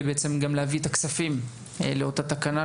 בעצם גם להביא את הכספים לאותה תקנה,